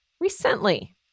recently